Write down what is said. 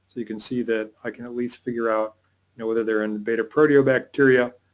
you can see that i can at least figure out you know whether they're in beta proteobacteria